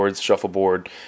shuffleboard